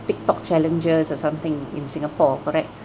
tiktok challenges or something in Singapore correct